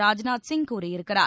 ராஜ்நாத் சிங் கூறியிருக்கிறார்